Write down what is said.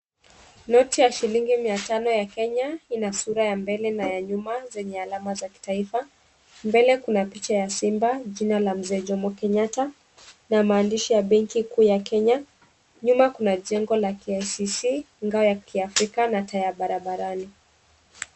Noti ya shilingi 500 ya Kenya ina sura ya mbele na nyuma yenye alama za kitaifa. Mbele kuna picha ya simba, jina la mzee Jomo Kenyatta na maandishi ya benki kuu ya Kenya, nyuma kuna jengo ya KICC, ngao ya kiafrika na taa ya barabarani.